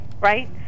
right